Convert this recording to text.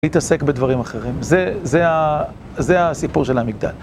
להתעסק בדברים אחרים, זה הסיפור של המגדל.